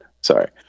Sorry